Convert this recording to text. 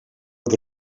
het